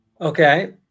Okay